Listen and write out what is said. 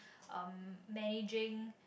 um managing